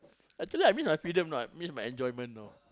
actually I miss my freedom a lot miss my enjoyment you know